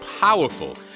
powerful